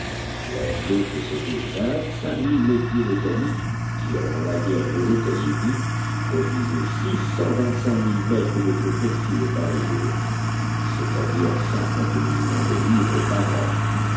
possédait vingt-cinq mille métiers mécaniques qui avant la guerre des etats-unis produisaient six cent vingt-cinq mille mètres de coton filé par jour c'est-à-dire cinquante millions de livres par an